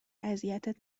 اذیتت